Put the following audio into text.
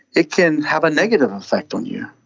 it can have a negative effect on you.